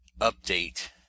update